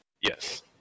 Yes